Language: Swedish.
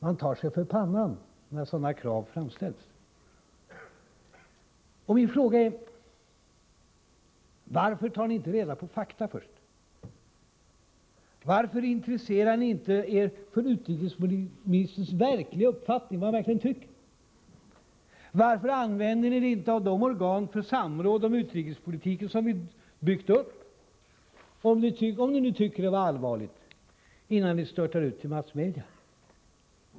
Man tar sig för pannan när sådana krav framställs. Jag frågar: Varför tar ni inte reda på fakta först? Varför intresserar ni er inte för utrikesministerns verkliga uppfattning, för vad han verkligen tycker? Varför använder ni er inte av de organ för samråd om utrikespolitiken som vi byggt upp, om ni nu tycker att det här var allvarligt, innan ni störtar ut till massmedia?